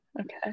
Okay